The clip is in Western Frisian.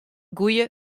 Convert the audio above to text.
goede